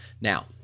Now